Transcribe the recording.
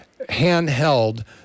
handheld